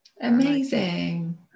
amazing